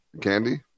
Candy